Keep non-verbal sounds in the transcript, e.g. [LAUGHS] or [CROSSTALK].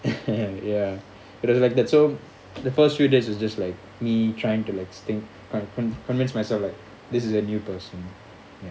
[LAUGHS] ya it was like that so the first few days is just like me trying to like ext~ err convince myself that this is a new person